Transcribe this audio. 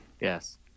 Yes